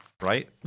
Right